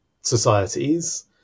societies